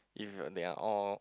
if t~ they are all